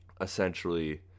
essentially